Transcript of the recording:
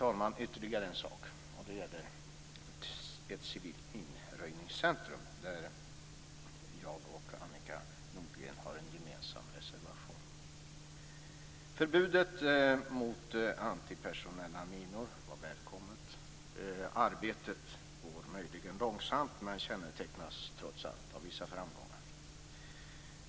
Det finns ytterligare en sak. Det gäller ett civilt minröjningscentrum. Annika Nordgren och jag har en gemensam reservation. Förbudet mot antipersonella minor var välkommet. Arbetet går möjligen långsamt, men kännetecknas trots allt av vissa framgångar.